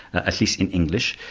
at least in english,